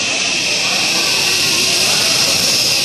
ששששששש.